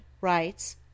writes